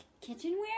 kitchenware